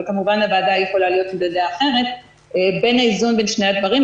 אבל כמובן הוועדה יכולה להיות בדעה אחרת בין האיזון בין שני הדברים.